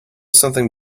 something